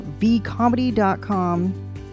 vcomedy.com